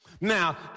Now